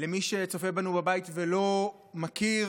למי שצופה בנו בבית ולא מכיר,